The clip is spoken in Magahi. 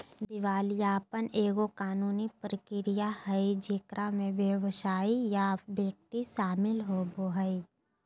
दिवालियापन एगो कानूनी प्रक्रिया हइ जेकरा में व्यवसाय या व्यक्ति शामिल होवो हइ